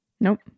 Nope